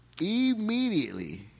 immediately